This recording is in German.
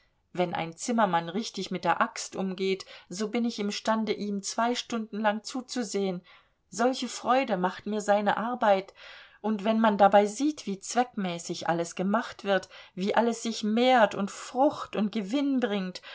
wenn ein zimmermann richtig mit der axt umgeht so bin ich imstande ihm zwei stunden lang zuzusehen solche freude macht mir seine arbeit und wenn man dabei sieht wie zweckmäßig alles gemacht wird wie alles sich mehrt und frucht und gewinn bringt